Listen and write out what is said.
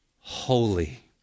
holy